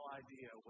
idea